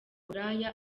buraya